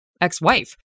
ex-wife